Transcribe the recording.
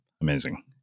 Amazing